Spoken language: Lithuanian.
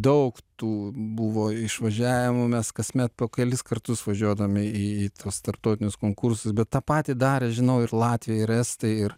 daug tų buvo išvažiavimų mes kasmet po kelis kartus važiuodami į į tuos tarptautinius konkursus bet tą patį darė žinau ir latvija ir estai ir